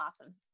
awesome